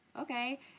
okay –